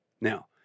Now